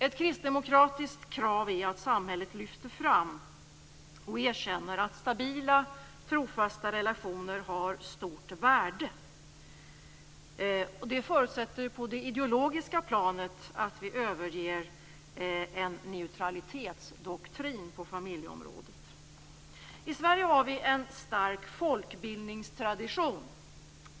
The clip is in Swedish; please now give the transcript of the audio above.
Ett kristdemokratiskt krav är att samhället erkänner och lyfter fram att stabila, trofasta relationer har stort värde. Det förutsätter, på det ideologiska planet, att vi överger en neutralitetsdoktrin på familjeområdet. I Sverige har vi en stark folkbildningstradition.